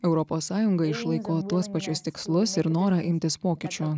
europos sąjunga išlaiko tuos pačius tikslus ir norą imtis pokyčių